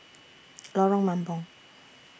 Lorong Mambong